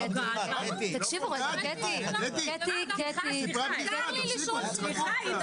מותר לי לשאול שאלה.